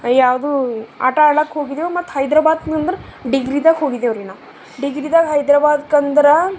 ಯಾವುದು ಆಟ ಆಡೋಕ್ ಹೋಗಿದೇವು ಮತ್ತು ಹೈದ್ರಾಬಾದ್ಕಂದ್ರ ಡಿಗ್ರಿದಾಗ ಹೋಗಿದೆವ್ರಿ ನಾವು ಡಿಗ್ರಿದಾಗ ಹೈದ್ರಾಬಾದ್ಕಂದ್ರ